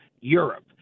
Europe